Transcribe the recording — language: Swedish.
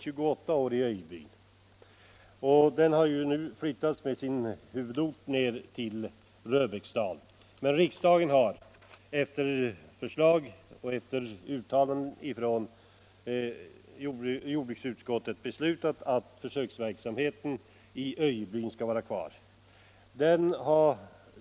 Huvudorten för denna verksamhet har nu flyttats till Röbäcksdalen, men riksdagen har på förslag av jordbruksutskottet beslutat att försöksverksamheten i Öjebyn skall vara kvar.